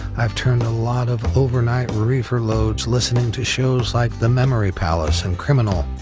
i've turned a lot of overnight reefer loads listening to shows like the memory palace and criminal.